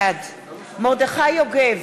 בעד מרדכי יוגב,